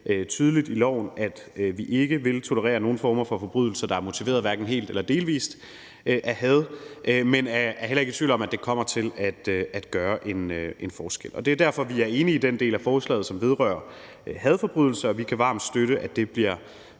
tydeligt i loven, at vi ikke vil tolerere nogen former for forbrydelser, der helt eller delvis er motiveret af had, men vi er heller ikke i tvivl om, at det kommer til at gøre en forskel. Og det er derfor, vi er enige i den del af forslaget, som vedrører hadforbrydelser, og vi kan varmt støtte, at det bliver